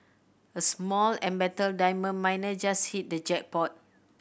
a small embattled diamond miner just hit the jackpot